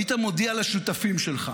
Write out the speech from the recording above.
היית מודיע לשותפים שלך